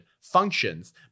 functions